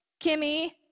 Kimmy